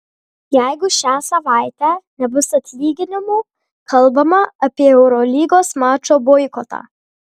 jeigu šią savaitę nebus atlyginimų kalbama apie eurolygos mačo boikotą